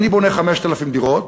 אני בונה 5,000 דירות,